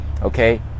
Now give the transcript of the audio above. okay